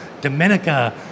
Dominica